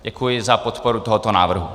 Děkuji za podporu tohoto návrhu.